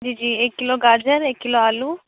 جی جی ایک کلو گاجر ایک کلو آلو